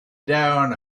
down